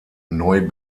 neu